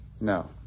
No